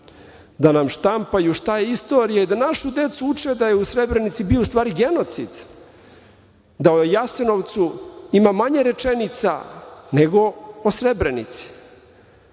da nam štampaju šta je istorija i da našu decu uče da je u Srebrenici bio u stvari genocid, da o Jasenovcu ima manje rečenica nego o Srebrenici,